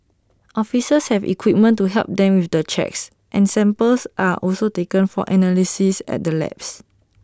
officers have equipment to help them with the checks and samples are also taken for analysis at the labs